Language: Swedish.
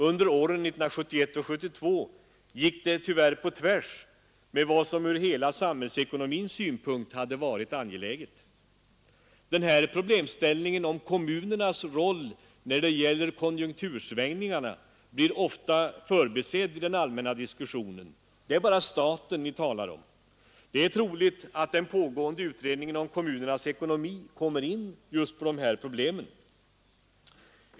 Under åren 1971 och 1972 gick det tyvärr på tvärs med vad som ur hela samhällsekonomins synpunkt hade varit angeläget. Den här problemställningen om kommunernas roll när det gällt konjunktursvängningarna blir ofta förbisedd i den allmänna diskussionen — det är bara staten ni talar om. Det är troligt att den pågående utredningen om kommunernas ekonomi kommer in just på dessa problem.